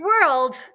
world